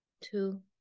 two